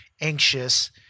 anxious